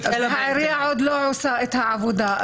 ואם היא לא עושה את העבודה?